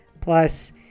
plus